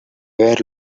were